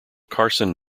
carson